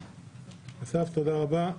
אסף, תודה רבה.